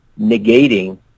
negating